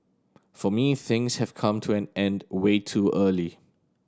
for me things have come to an end way too early